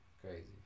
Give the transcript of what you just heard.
Crazy